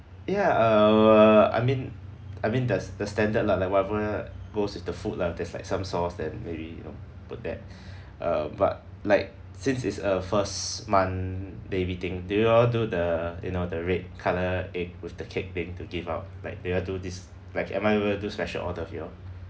ya err I mean I mean that's the standard lah like whatever goes with the food lah there's like some sauce then maybe you know put that uh but like since it's a first month baby thing do you all do the you know the red colour egg with the cake thing to give out like do you all do this like am I able to do special order with you all